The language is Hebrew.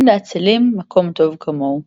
אין לעצלים מקום טוב כמוהו.